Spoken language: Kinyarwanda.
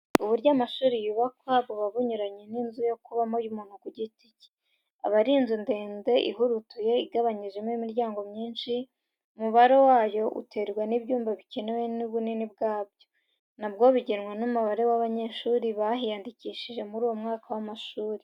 Uburyo amashuri yubakwa, buba bunyuranye n'inzu yo kubamo y'umuntu ku giti cye. Aba ari inzu ndende ihurutuye, igabanyijemo imiryango myinshi, umubare wayo uterwa n'ibyumba bikenewe n'ubunini bwabyo, nabwo bugenwa n'umubare w'abanyeshuri bahiyandikishije muri uwo mwaka w'amashuri